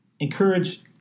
Encourage